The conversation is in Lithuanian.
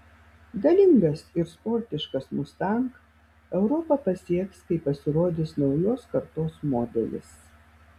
galingas ir sportiškas mustang europą pasieks kai pasirodys naujos kartos modelis